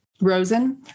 Rosen